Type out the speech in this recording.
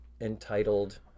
entitled